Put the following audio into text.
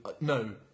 no